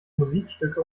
musikstücke